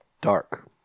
dark